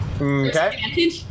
Okay